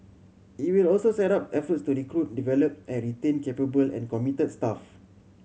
it will also step up efforts to recruit develop and retain capable and committed staff